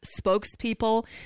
spokespeople